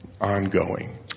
ongoing